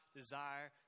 desire